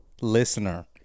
listener